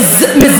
בבית הזה.